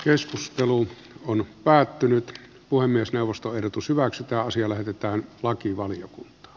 keskustelu on päättynyt puhemiesneuvosto ehdotus hyväksytä asia lähetetään lakivaliokunta